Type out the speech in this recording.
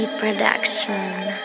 production